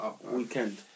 weekend